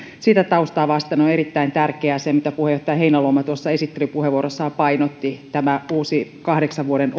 sitä taustaa vasten on on erittäin tärkeää se mitä puheenjohtaja heinäluoma tuossa esittelypuheenvuorossaan painotti tämä uusi avaus kahdeksan vuoden